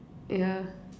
yeah